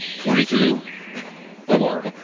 twenty two four.